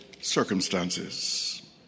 circumstances